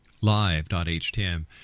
live.htm